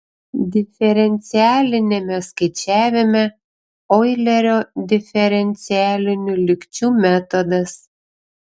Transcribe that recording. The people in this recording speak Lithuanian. diferencialiniame skaičiavime oilerio diferencialinių lygčių metodas